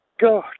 God